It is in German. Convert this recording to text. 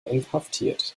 inhaftiert